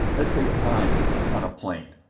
let's say i'm on a plane.